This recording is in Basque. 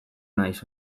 naiz